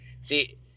see